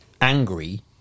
angry